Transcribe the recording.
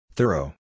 Thorough